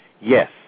Yes